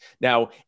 Now